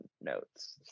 notes